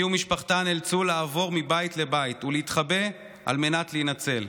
היא ומשפחתה נאלצו לעבור מבית לבית ולהתחבא על מנת להינצל,